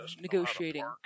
negotiating